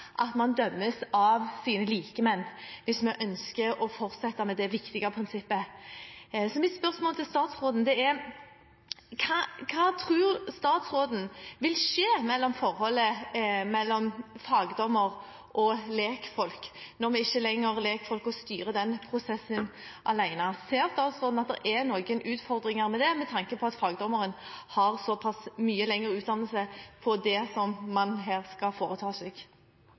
at man dømmes av sine likemenn, hvis vi ønsker å fortsette med det viktige prinsippet. Så mitt spørsmål til statsråden er: Hva tror statsråden vil skje med forholdet mellom fagdommer og lekfolk når vi ikke lenger har lekfolk til å styre den prosessen alene? Ser statsråden at det er noen utfordringer med det med tanke på at fagdommeren har såpass mye lengre utdannelse på det som man her skal foreta seg.